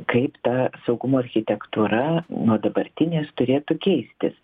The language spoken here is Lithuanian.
kaip ta saugumo architektūra nuo dabartinės turėtų keistis